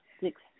six